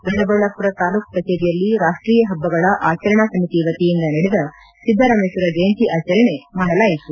ದೊಡ್ಡಬಳ್ಳಾಪುರದ ತಾಲ್ಲೂಕು ಕಚೇರಿಯಲ್ಲಿ ರಾಷ್ಟೀಯ ಹಬ್ಬಗಳ ಅಚರಣಾ ಸಮಿತಿ ವತಿಯಿಂದ ನಡೆದ ಸಿದ್ದರಾಮೇಶ್ವರ ಜಯಂತಿ ಆಚರಣೆ ಮಾಡಲಾಯಿತು